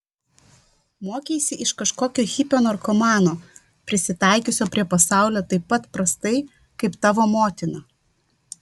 mokeisi iš kažkokio hipio narkomano prisitaikiusio prie pasaulio taip pat prastai kaip tavo motina